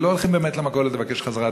כי לא הולכים באמת למכולת לבקש בחזרה